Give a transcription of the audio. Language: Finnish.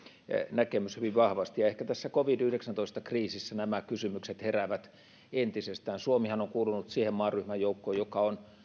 näkemys hyvin vahvasti ehkä tässä covid yhdeksäntoista kriisissä nämä kysymykset heräävät entisestään suomihan on kuulunut siihen maaryhmään joukkoon joka on